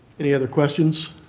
any other questions?